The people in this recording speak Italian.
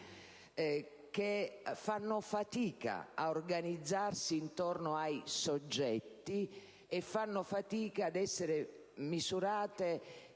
che fanno fatica a organizzarsi intorno ai soggetti e ad essere misurate